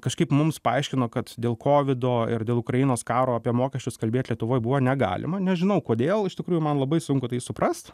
kažkaip mums paaiškino kad dėl kovido ir dėl ukrainos karo apie mokesčius kalbėt lietuvoj buvo negalima nežinau kodėl iš tikrųjų man labai sunku tai suprast